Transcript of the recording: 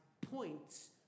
points